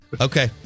Okay